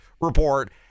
report